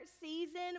season